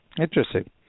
Interesting